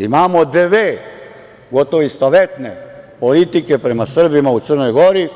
Imamo dve gotovo istovetne politike prema Srbima u Crnoj Gori i